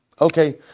Okay